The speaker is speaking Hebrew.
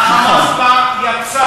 ה"חמאס" יצא